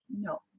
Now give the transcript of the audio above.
no